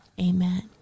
amen